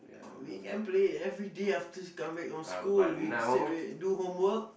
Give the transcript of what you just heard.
we can play everyday after come back from school we straightaway do home work